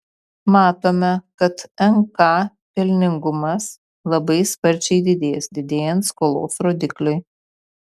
matome kad nk pelningumas labai sparčiai didės didėjant skolos rodikliui